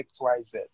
XYZ